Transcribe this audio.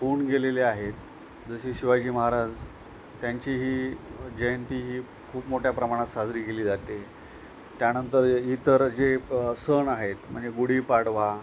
होऊन गेलेले आहेत जसे शिवाजी महाराज त्यांचीही जयंती ही खूप मोठ्या प्रमाणात साजरी गेली जाते आहे त्यानंतर इतर जे ब् सण आहेत म्हणजे गुढीपाडवा